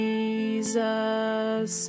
Jesus